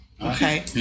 Okay